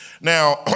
Now